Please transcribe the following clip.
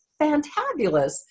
fantabulous